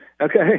Okay